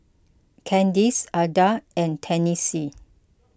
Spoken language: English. Candyce Adah and Tennessee